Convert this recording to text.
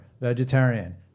vegetarian